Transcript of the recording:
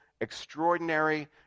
extraordinary